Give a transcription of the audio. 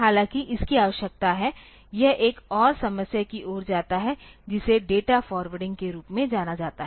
हालाँकि इसकी आवश्यकता है यह एक और समस्या की ओर जाता है जिसे डेटा फॉरवार्डिंग के रूप में जाना जाता है